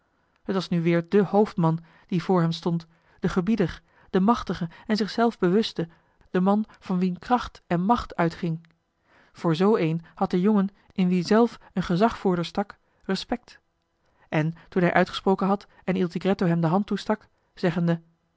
het was nu weer de hoofdman die voor hem stond de gebieder de machtige en zich zelf bewuste de man van wien kracht en macht uitging voor zoo een had de jongen in wien zelf een gezagvoerder stak respect en toen hij uitgesproken had en il tigretto hem de hand toestak zeggende